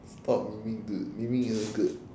stop memeing dude memeing isn't good